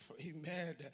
Amen